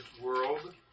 world